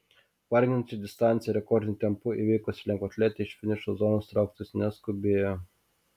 varginančią distanciją rekordiniu tempu įveikusi lengvaatletė iš finišo zonos trauktis neskubėjo